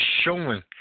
showing